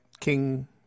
King